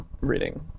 reading